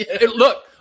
Look